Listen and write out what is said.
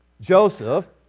Joseph